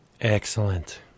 Excellent